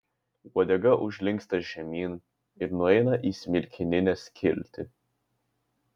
uodega užlinksta žemyn ir nueina į smilkininę skiltį